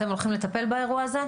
אתם הולכים לטפל באירוע הזה?